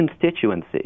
constituency